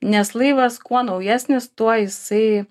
nes laivas kuo naujesnis tuo jisai